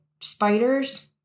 spiders